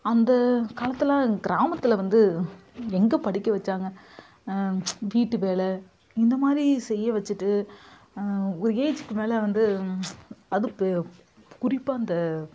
அந்த காலத்தில் கிராமத்தில் வந்து எங்கே படிக்க வச்சாங்க வீட்டு வேலை இந்த மாதிரி செய்ய வச்சிட்டு ஒரு ஏஜ்ஜுக்கு மேலே வந்து அதுவும் குறிப்பாக அந்த